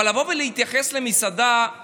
אבל לבוא ולהתייחס למסעדה עם